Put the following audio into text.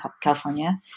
California